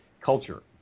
culture